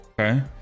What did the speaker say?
Okay